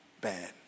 bad